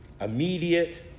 immediate